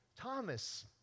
Thomas